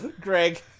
Greg